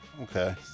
Okay